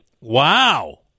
Wow